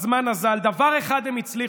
בדבר אחד הם הצליחו,